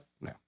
No